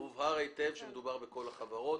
הובהר היטב שמדובר על כל החברות.